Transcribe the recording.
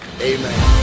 Amen